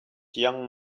young